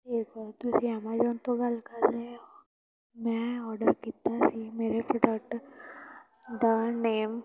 ਤੁਸੀਂ ਐਮਾਜੋਨ ਤੋਂ ਗੱਲ ਕਰ ਰਹੇ ਹੋ ਮੈਂ ਔਡਰ ਕੀਤਾ ਸੀ ਮੇਰੇ ਪ੍ਰੋਡਕਟ ਦਾ ਨੇਮ